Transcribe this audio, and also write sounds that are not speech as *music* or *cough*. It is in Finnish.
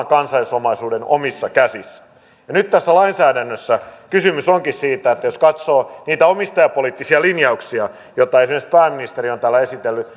*unintelligible* kansallisomaisuuden omissa käsissä ja nyt tässä lainsäädännössä kysymys onkin siitä että jos katsoo niitä omistajapoliittisia linjauksia joita esimerkiksi pääministeri on täällä esitellyt *unintelligible*